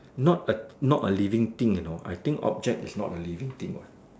not a not a living thing you know I think object is not a living thing what